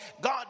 God